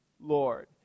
Lord